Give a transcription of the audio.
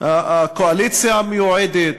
הקואליציה המיועדת,